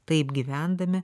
taip gyvendami